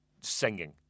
Singing